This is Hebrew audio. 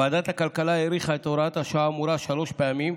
ועדת הכלכלה האריכה את הוראת השעה האמורה שלוש פעמים,